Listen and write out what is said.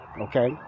Okay